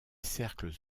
cercles